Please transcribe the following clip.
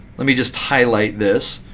let me just highlight this.